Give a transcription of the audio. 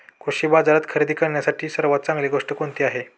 कृषी बाजारात खरेदी करण्यासाठी सर्वात चांगली गोष्ट कोणती आहे?